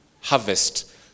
harvest